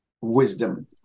wisdom